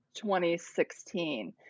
2016